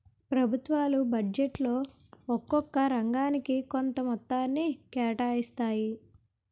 ప్రభుత్వాలు బడ్జెట్లో ఒక్కొక్క రంగానికి కొంత మొత్తాన్ని కేటాయిస్తాయి